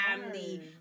family